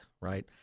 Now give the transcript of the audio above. right